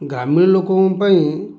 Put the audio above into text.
ଗ୍ରାମୀଣ ଲୋକଙ୍କ ପାଇଁ